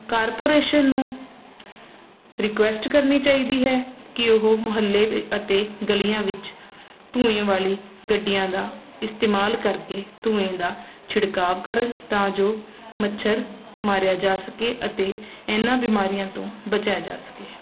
corporation ਨੂੰ request ਕਰਨੀ ਚਾਈਦੀ ਹੈ ਕੀ ਉਹ ਮੁਹੱਲੇ ਅਤੇ ਗਲੀਆਂ ਵਿੱਚ ਧੂੰਏ ਵਾਲੀ ਗੱਡੀਆਂ ਦਾ ਇਸਤੇਮਾਲ ਕਰਕੇ ਧੂੰਏ ਦਾ ਛਿੜਕਾਵ ਕਰਨ ਤਾਂ ਜੋ ਮੱਛਰ ਮਾਰਿਆ ਜਾ ਸਕੇ ਅਤੇ ਇਨ੍ਹਾਂ ਬਿਮਾਰੀਆਂ ਤੋਂ ਬਚਿਆ ਜਾ ਸਕੇ